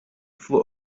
float